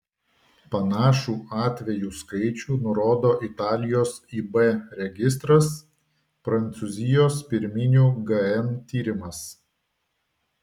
panašų atvejų skaičių nurodo italijos ib registras prancūzijos pirminių gn tyrimas